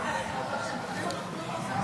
גם הסתייגות זו לא התקבלה.